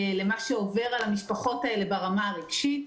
למה שעובר על המשפחות האלו ברמה הרגשית.